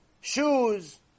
shoes